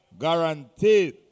Guaranteed